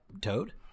Toad